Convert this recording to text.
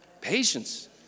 Patience